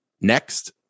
Next